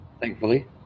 Thankfully